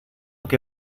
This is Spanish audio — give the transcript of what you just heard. que